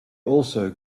also